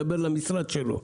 אני מדבר אל המשרד שלו,